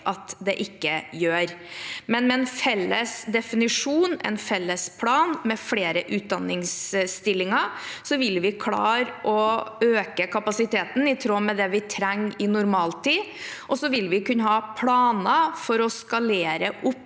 at det ikke går fort, men med en felles definisjon, en felles plan og flere utdanningsstillinger vil vi klare å øke kapasiteten i tråd med det vi trenger i en normaltid, og så vil vi kunne ha planer for å skalere opp